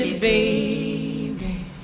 Baby